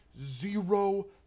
zero